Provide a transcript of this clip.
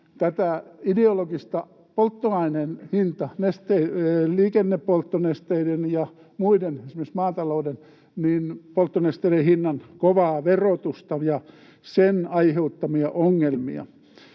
ideologista polttoaineen hinnan — liikennepolttonesteiden ja muiden, esimerkiksi maatalouden polttonesteiden hinnan — kovaa verotusta ja sen aiheuttamia ongelmia.